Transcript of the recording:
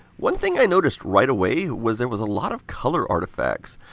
one thing i noticed right away was there was a lot of color artifacts.